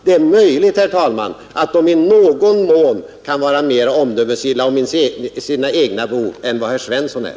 Det är möjligt att de länderna i någon mån kan vara mera omdömesgilla om sina egna behov än vad herr Svensson är.